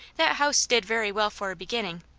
that house did very well for a beginning,